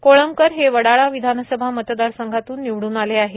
कोळंबकर हे वडाळा विधानसभा मतदारसंघातून निवडून आले आहेत